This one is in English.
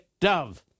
dove